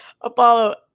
Apollo